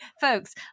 folks